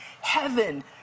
heaven